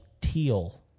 teal